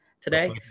today